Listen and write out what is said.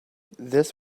this